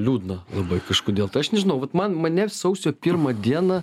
liūdna labai kažkodėl tai aš nežinau vat man mane sausio pirmą dieną